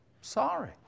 Sorry